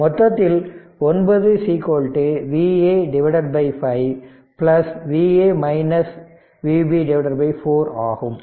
மொத்தத்தில் 9 Va by 5 Va Vb 4 ஆகும்